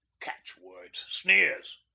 catchwords sneers!